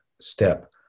step